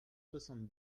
soixante